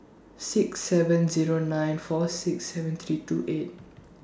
six seven Zero nine four six seven three two eight